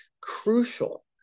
crucial